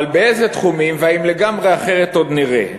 אבל באיזה תחומים והאם לגמרי אחרת, עוד נראה.